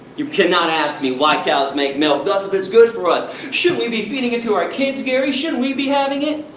you cannot ask me why cows make milk! thus, if it's good for us. shouldn't we be feeding it to our kids, gary? shouldn't we be having it?